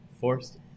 forced